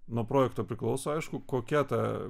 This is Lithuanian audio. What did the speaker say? nuo projekto priklauso aišku kokia ta